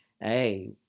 Hey